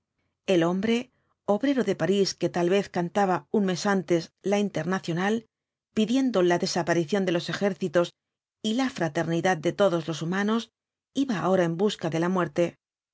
el hombre obrero de parís que tal vez cantaba un mes antes la internacional pidiendo la desaparición de los ejércitos y la fraternidad de todos los humanos iba ahora en busca de la muerte